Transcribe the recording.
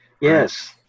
Yes